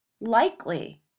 likely